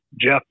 Jeff